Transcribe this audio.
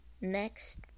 Next